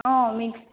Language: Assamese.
অঁ মিক্স